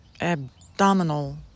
Abdominal